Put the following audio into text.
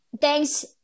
Thanks